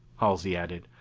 halsey added,